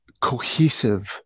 cohesive